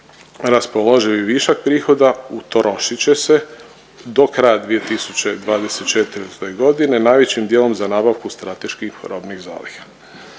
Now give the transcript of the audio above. Raspoloživi višak prihoda utrošit će se do kraja 2024.g. najvećim dijelom za nabavku strateških robnih zaliha.